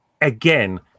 again